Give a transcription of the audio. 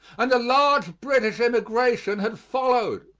and a large british immigration had followed.